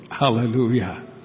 Hallelujah